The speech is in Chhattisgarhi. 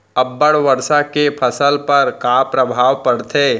अब्बड़ वर्षा के फसल पर का प्रभाव परथे?